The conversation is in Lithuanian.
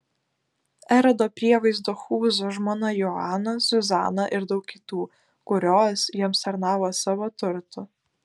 erodo prievaizdo chūzo žmona joana zuzana ir daug kitų kurios jiems tarnavo savo turtu